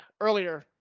earlier